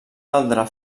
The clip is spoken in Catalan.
caldre